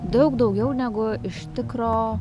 daug daugiau negu iš tikro